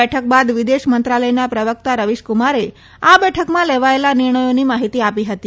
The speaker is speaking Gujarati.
બેઠક બાદ વિદેશ મંત્રાલથના પ્રવક્તા રવિશકુમારે આ બેઠકમાં લેવાયેલા નિર્ણયોની માહિતી આપી હતી